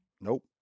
Nope